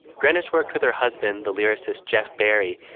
greenwich worked with her husband, the lyricist jeff berry,